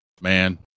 man